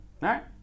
right